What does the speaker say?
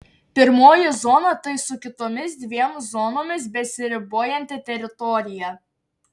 pirmoji zona tai su kitomis dviem zonomis besiribojanti teritorija